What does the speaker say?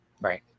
Right